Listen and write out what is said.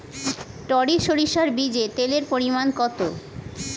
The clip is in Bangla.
টরি সরিষার বীজে তেলের পরিমাণ কত?